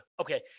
Okay